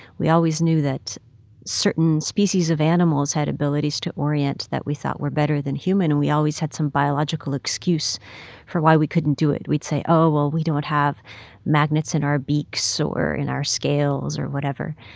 we always knew that certain species of animals had abilities to orient that we thought were better than human, and we always had some biological excuse for why we couldn't do it. we'd say, oh, well, we don't have magnets in our beaks or in our scales or whatever.